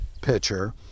pitcher